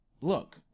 look